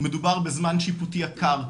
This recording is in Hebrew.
מדובר בזמן שיפוטי יקר,